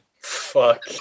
Fuck